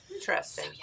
interesting